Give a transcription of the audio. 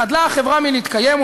חדלה החברה להתקיים,